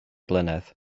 blynedd